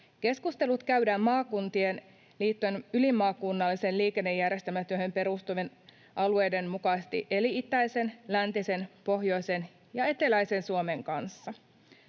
Keskustelut käydään maakuntien liittojen ylimaakunnalliseen liikennejärjestelmätyöhön perustuvien alueiden mukaisesti eli itäisen, läntisen, pohjoisen ja eteläisen Suomen kanssa.